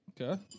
Okay